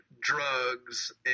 drugs